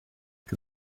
que